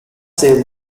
said